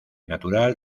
natural